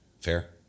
Fair